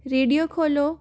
radio खोलो